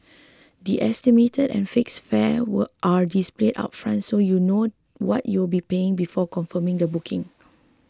the estimated and fixed fares were are displayed upfront so you know what you'll be paying before confirming a booking